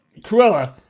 Cruella